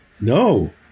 No